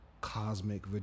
cosmic